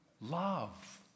love